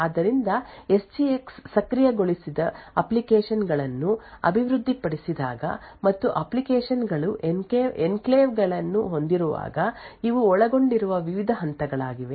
ಆದ್ದರಿಂದ ಎಸ್ಜಿಎಕ್ಸ್ ಸಕ್ರಿಯಗೊಳಿಸಿದ ಅಪ್ಲಿಕೇಶನ್ ಗಳನ್ನು ಅಭಿವೃದ್ಧಿಪಡಿಸಿದಾಗ ಮತ್ತು ಅಪ್ಲಿಕೇಶನ್ ಗಳು ಎನ್ಕ್ಲೇವ್ ಗಳನ್ನು ಹೊಂದಿರುವಾಗ ಇವು ಒಳಗೊಂಡಿರುವ ವಿವಿಧ ಹಂತಗಳಾಗಿವೆ